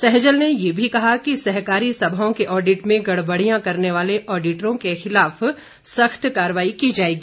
सहजल ने ये भी कहा कि सहकारी सभाओं के ऑडिट में गड़बड़ियां करने वाले ऑडिटरों के खिलाफ सख्त कार्रवाई की जाएगी